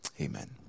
Amen